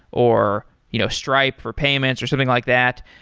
or you know stripe for payments or something like that.